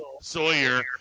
Sawyer